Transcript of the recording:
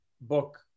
book